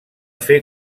fer